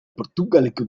portugaleko